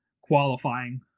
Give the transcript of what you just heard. qualifying